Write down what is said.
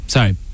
Sorry